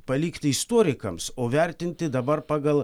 palikti istorikams o vertinti dabar pagal